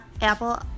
Apple